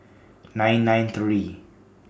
nine nine three